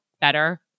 better